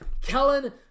Kellen